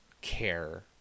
care